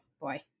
boy